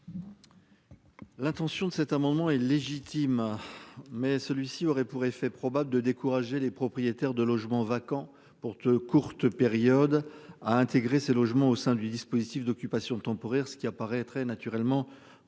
L'intention de cet amendement est légitime. Mais celui-ci aurait pour effet probable de décourager les propriétaires de logements vacants pour te courte période à intégrer ces logements au sein du dispositif d'occupation temporaire, ce qui apparaîtrait naturellement